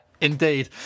Indeed